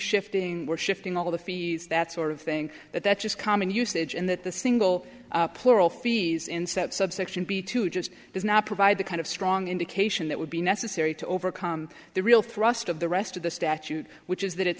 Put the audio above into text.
shifting we're shifting all the fees that sort of thing that that's just common usage and that the single plural fees instep subsection be to just does not provide the kind of strong indication that would be necessary to overcome the real thrust of the rest of the statute which is that it's